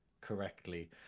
correctly